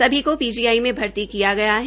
सभी को पीजीआई में भर्ती किया गया है